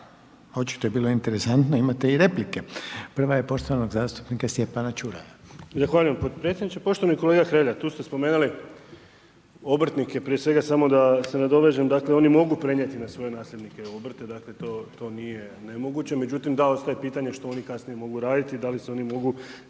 Očito je bilo interesantno, imate i replike. Prva je poštovanog zastupnika Stjepana Čuraja.